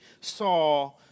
saw